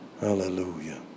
Hallelujah